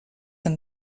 and